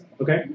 okay